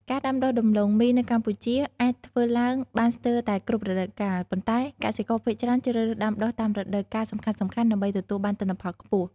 ការដាំដុះដំឡូងមីនៅកម្ពុជាអាចធ្វើឡើងបានស្ទើរតែគ្រប់រដូវកាល ប៉ុន្តែកសិករភាគច្រើនជ្រើសរើសដាំដុះតាមរដូវកាលសំខាន់ៗដើម្បីទទួលបានទិន្នផលខ្ពស់។